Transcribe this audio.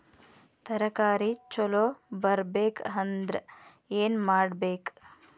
ತರಕಾರಿ ಛಲೋ ಬರ್ಬೆಕ್ ಅಂದ್ರ್ ಏನು ಮಾಡ್ಬೇಕ್?